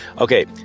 Okay